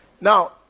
Now